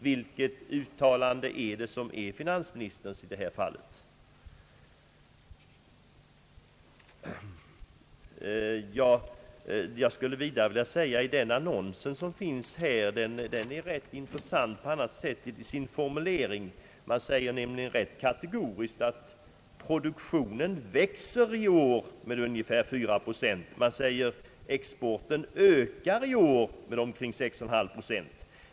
Vilket uttalande i detta fall är det som är finansministerns? Annonsen är även på andra sätt intressant i sin formulering. Det sägs kategoriskt att produktionen växer i år med ungefär 4 procent och att exporten ökar i år med omkring 6,5 procent.